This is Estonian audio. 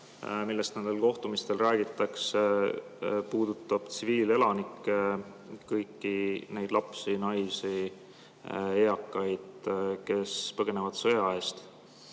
millest nendel kohtumistel räägitakse, puudutab tsiviilelanikke, kõiki neid lapsi, naisi ja eakaid, kes põgenevad sõja eest.